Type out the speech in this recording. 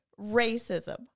racism